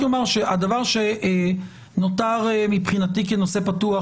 שהדבר שנותר מבחינתי כנושא פתוח,